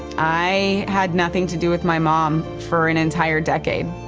i had nothing to do with my mom for an entire decade.